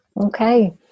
Okay